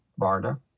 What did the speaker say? BARDA